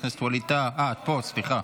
אה, את פה, סליחה.